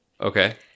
Okay